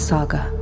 Saga